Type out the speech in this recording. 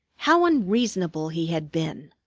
how unreasonable he had been!